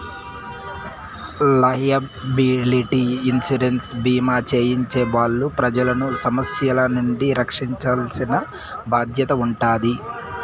liability insurance భీమా చేయించే వాళ్ళు ప్రజలను సమస్యల నుండి రక్షించాల్సిన బాధ్యత ఉంటాది